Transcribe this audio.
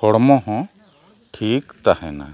ᱦᱚᱲᱢᱚ ᱦᱚᱸ ᱴᱷᱤᱠ ᱛᱟᱦᱮᱱᱟ